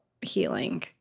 healing